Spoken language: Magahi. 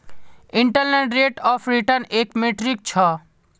इंटरनल रेट ऑफ रिटर्न एक मीट्रिक छ